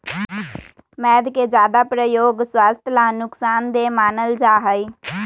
मैद के ज्यादा प्रयोग स्वास्थ्य ला नुकसान देय मानल जाहई